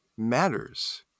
Matters